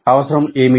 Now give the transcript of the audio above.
అవసరము ఏమిటి